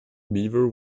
beaver